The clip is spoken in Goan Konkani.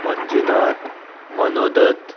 मंजुनाथ मनोदत